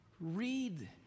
Read